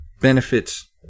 benefits